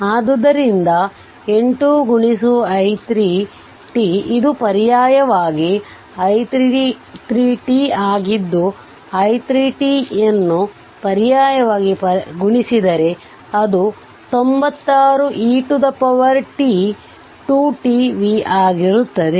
ಆದ್ದರಿಂದ 8 i3 t ಇದು ಪರ್ಯಾಯವಾಗಿ i3 t ಆಗಿದ್ದುi3 t ಅನ್ನು ಪರ್ಯಾಯವಾಗಿ ಗುಣಿಸಿದರೆ ಅದು 96 e t 2 t V ಆಗಿರುತ್ತದೆ